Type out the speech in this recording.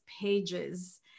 pages